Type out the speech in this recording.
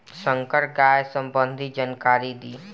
संकर गाय सबंधी जानकारी दी?